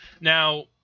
Now